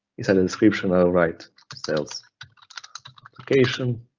is an inscription. i'll write sales location.